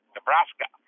Nebraska